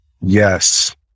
yes